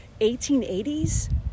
1880s